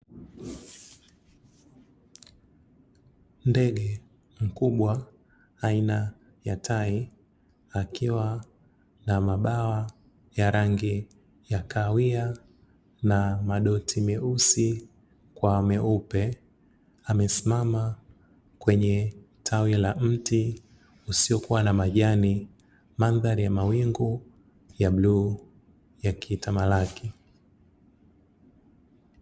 Ndege mkubwa aina ya tai akiwa na mabawa ya rangi ya kahawia, na madoti meusi kwa meupe, amesimama kwenye tawi mti usiokuwa na majani. Mandhari ya mawingu ya bluu yakitamalaki.